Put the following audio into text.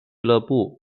俱乐部